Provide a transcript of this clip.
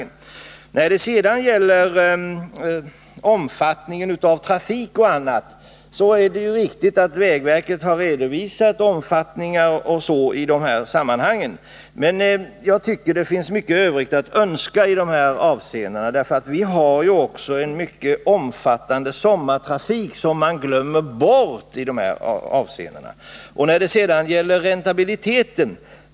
När det sedan gäller omfattningen av trafik och annat är det riktigt att vägverket har lämnat en redovisning härför. Men jag tycker det finns mycket Övrigt att önska i dessa avseenden. Vi har ju också en mycket omfattande sommartrafik som glöms bort i de här redovisningarna.